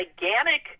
gigantic